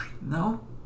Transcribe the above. No